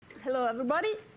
hello, everybody.